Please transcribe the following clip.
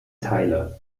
teile